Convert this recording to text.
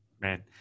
Man